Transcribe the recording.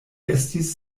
estis